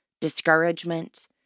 discouragement